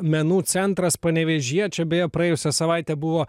menų centras panevėžy čia beje praėjusią savaitę buvo